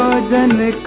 agenda